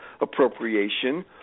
appropriation